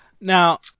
now